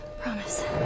Promise